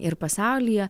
ir pasaulyje